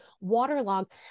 waterlogged